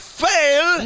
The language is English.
fail